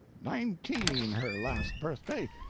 nineteen her last birthday,